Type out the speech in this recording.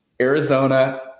Arizona